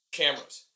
cameras